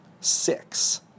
Six